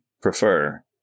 prefer